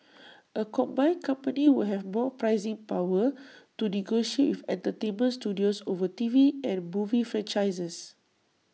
A combined company would have more pricing power to negotiate with entertainment studios over T V and movie franchises